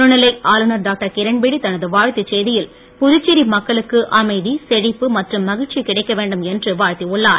துணைநிலை ஆளுநர் டாக்டர் கிரண்பேடி தனது வாழ்த்து செய்தியில் புதுச்சேரி மக்களுக்கு அமைதி செழிப்பு மற்றும் மகிழ்ச்சி கிடைக்க வேண்டும் என்று வாழ்த்தி உள்ளார்